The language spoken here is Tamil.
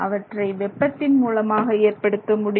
அவற்றை வெப்பத்தின் மூலமாக ஏற்படுத்த முடியும்